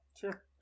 Sure